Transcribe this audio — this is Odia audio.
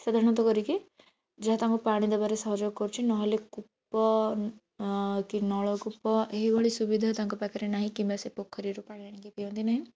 ସାଧାରଣତଃ କରିକି ଯାହା ତାଙ୍କୁ ପାଣି ଦେବାରେ ସହଯୋଗ କରୁଛି ନହେଲେ କୂପ କି ନଳକୂପ ଏହିଭଳି ସୁବିଧା ତାଙ୍କ ପାଖରେ ନାହିଁ କିମ୍ବା ସେ ପୋଖରୀରୁ ପାଣି ଆଣିକି ପିଅନ୍ତି ନାହିଁ